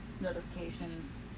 notifications